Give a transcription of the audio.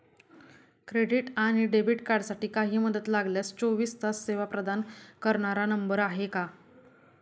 Credit आणि debit कार्डसाठी काही मदत लागल्यास चोवीस तास सेवा प्रदान करणारा नंबर आहे का?